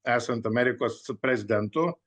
esant amerikos prezidentu